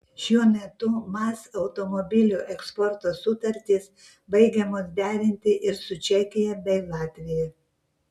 šiuo metu maz automobilių eksporto sutartys baigiamos derinti ir su čekija bei latvija